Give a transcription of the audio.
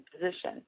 position